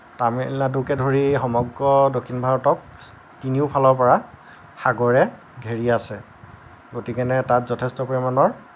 তামিলনাডুকে ধৰি সমগ্ৰ দক্ষিণ ভাৰতক তিনিওফালৰ পৰা সাগৰেৰে ঘেৰি আছে গতিকেনে তাত যথেষ্ট পৰিমাণৰ